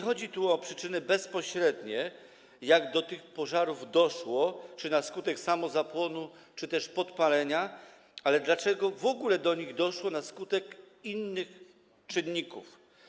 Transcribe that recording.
Chodzi tu nie o przyczyny bezpośrednie, o to, jak do tych pożarów doszło, czy na skutek samozapłonu, czy też podpalenia, ale o to, dlaczego w ogóle do nich doszło na skutek innych czynników.